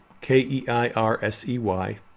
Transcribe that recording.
k-e-i-r-s-e-y